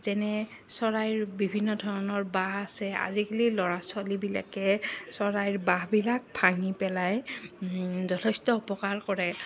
যেনে চৰাইৰ বিভিন্ন ধৰণৰ বাঁহ আছে আজিকালি ল'ৰা ছোৱালীবিলাকে চৰাইৰ বাঁহবিলাক ভাঙি পেলাই যথেষ্ট উপকাৰ কৰে